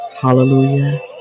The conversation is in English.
hallelujah